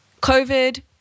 COVID